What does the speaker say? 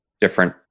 different